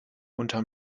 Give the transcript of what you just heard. unterm